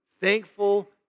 thankful